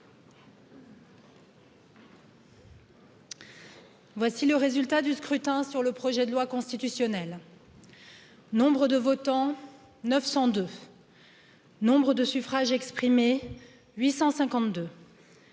voici le résultat du scrutin sur le projet de loi constitutionnel nombre de votants neuf cents deux nombre de suffrages exprimés huit